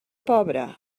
pobre